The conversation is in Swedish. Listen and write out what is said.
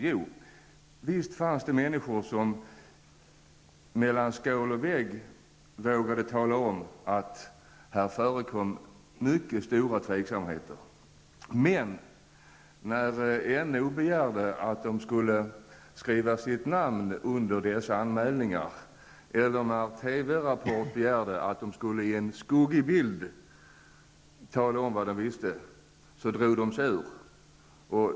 Jo, visst fanns det människor som mellan skål och vägg vågade tala om att här förekom mycket stora tveksamheter. Men när NO begärde att dessa människor skulle underteckna anmälningarna med sina namn eller när TVs Rapport begärde att de på en så att säga skuggig bild skulle tala om vad de visste drog de sig ur.